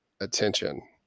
attention